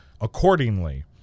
accordingly